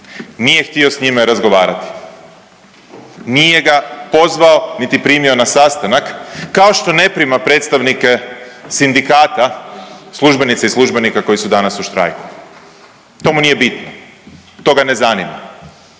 Nije htio s njime razgovarati. Nije ga pozvao niti primio na sastanak kao što ne prima predstavnike sindikata službenica i službenika koji su danas u štrajku. To mu nije bitno. To ga ne zanima.